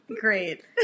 Great